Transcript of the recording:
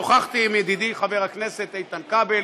שוחחתי עם ידידי חבר הכנסת איתן כבל,